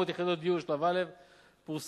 700 יחידות דיור שלב א' פורסם.